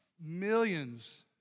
millions